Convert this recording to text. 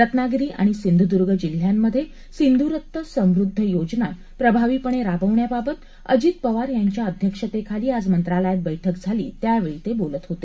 रत्नागिरी आणि सिंधूर्द्ग जिल्ह्यांमध्ये सिंधूरत्न समुद्ध योजना प्रभावीपणे राबवण्याबाबत अजित पवार यांच्या अध्यक्षतेखाली आज मंत्रालयात बर्क्क झाली त्यावेळी ते बोलत होते